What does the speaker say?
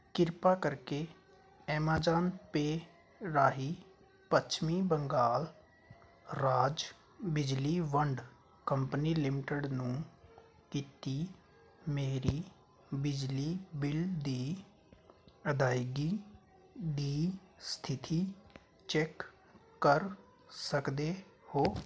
ਕਿਰਪਾ ਕਰਕੇ Amazon Pay ਰਾਹੀਂ ਪੱਛਮੀ ਬੰਗਾਲ ਰਾਜ ਬਿਜਲੀ ਵੰਡ ਕੰਪਨੀ ਲਿਮਟਿਡ ਨੂੰ ਕੀਤੀ ਮੇਰੀ ਬਿਜਲੀ ਬਿੱਲ ਦੀ ਅਦਾਇਗੀ ਦੀ ਸਥਿਤੀ ਚੈਕ ਕਰ ਸਕਦੇ ਹੋ